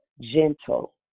gentle